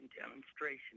demonstration